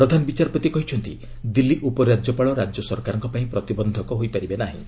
ପ୍ରଧାନବିଚାରପତି କହିଛନ୍ତି ଦିଲ୍ଲୀ ଉପରାଜ୍ୟପାଳ ରାଜ୍ୟସରକାରଙ୍କ ପାଇଁ ପ୍ରତିବନ୍ଧକ ହୋଇ ପାରିବେ ନାହିଁ